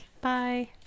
Bye